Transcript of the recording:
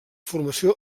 formació